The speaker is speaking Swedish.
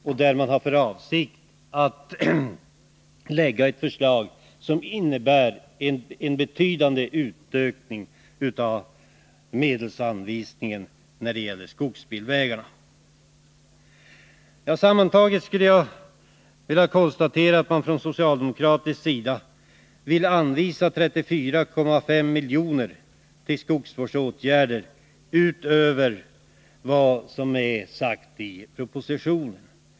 Regeringen har för avsikt att lägga fram ett förslag som innebär en betydande ökning av medelsanvisningen till skogsbilvägar. Sammantaget kan jag konstatera att man från socialdemokraternas sida till skogsvårdsåtgärder vill anvisa 34,5 miljoner utöver vad som har föreslagits i propositionen.